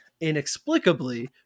inexplicably